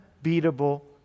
Unbeatable